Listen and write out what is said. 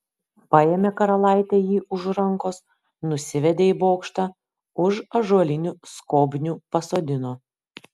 paėmė karalaitė jį už rankos nusivedė į bokštą už ąžuolinių skobnių pasodino